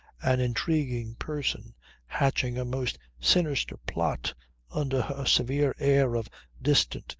an intriguing person hatching a most sinister plot under her severe air of distant,